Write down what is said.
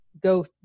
go